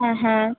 হ্যাঁ হ্যাঁ